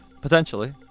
Potentially